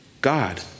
God